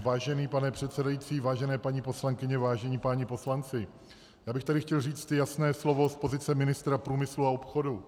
Vážený pane předsedající, vážené paní poslankyně, vážení páni poslanci, já bych tady chtěl říct jasné slovo z pozice ministra průmyslu a obchodu.